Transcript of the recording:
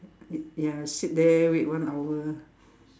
ya sit there wait one hour